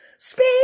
speak